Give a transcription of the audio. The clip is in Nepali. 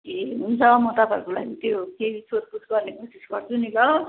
ए हुन्छ म तपाईँहरूको लागि त्यो केही सोधपुछ गर्ने कोसिस गर्छु नि ल